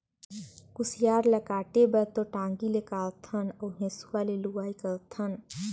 कुसियार ल काटे बर तो टांगी मे कारथन अउ हेंसुवा में लुआई करथन